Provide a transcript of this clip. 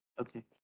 okay